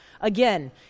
Again